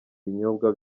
ibinyobwa